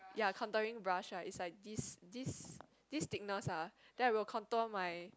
ya contouring brush ah right is like this this this thickness ah then I will contour my